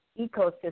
ecosystem